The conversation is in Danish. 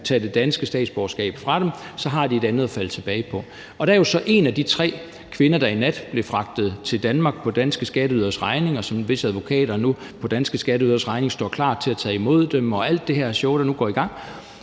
tage det danske statsborgerskab fra dem, da de har et andet at falde tilbage på. Der er jo så en af de tre kvinder, der i nat blev fragtet til Danmark på danske skatteyderes regning – og hvis advokater nu på danske skatteyderes regning står klar til at tage imod, og hele det her show, der nu går i gang